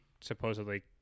supposedly